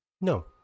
No